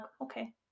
okay